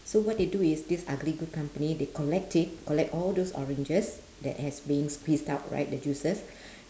so what the do is this ugly good company they collect it collect all those oranges that has been squeezed out right the juices